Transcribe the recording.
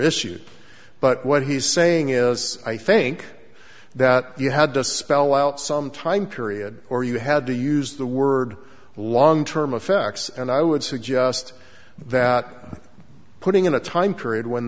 issued but what he's saying is i think that you had to spell out some time period or you had to use the word long term effects and i would suggest that putting in a time period when